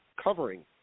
covering